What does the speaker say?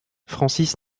francis